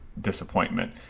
disappointment